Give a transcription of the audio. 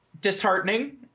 disheartening